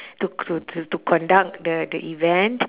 to to to to conduct the the event